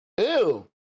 Ew